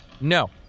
No